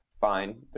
fine